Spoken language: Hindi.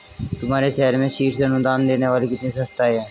तुम्हारे शहर में शीर्ष अनुदान देने वाली कितनी संस्थाएं हैं?